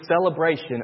celebration